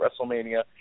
WrestleMania